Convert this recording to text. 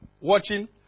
watching